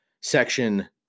section